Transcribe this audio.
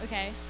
Okay